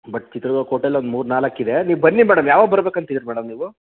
but Chitradurga ಕೋಟೇಲ್ಲಿ ಒಂದು ಮೂರು ನಾಲ್ಕು ಇದೆ ನೀವು ಬನ್ನಿ ಮೇಡಂ ಯಾವಾಗ ಬರ್ಬೇಕು ಅಂತಿದೀರಿ ಮೇಡಂ ನೀವು